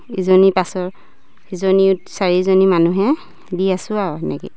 ইজনী পাছৰ ইজনী চাৰিজনী মানুহে দি আছোঁ আৰু এনেকেই